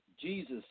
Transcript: Jesus